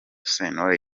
sentore